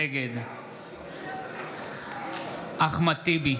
נגד אחמד טיבי,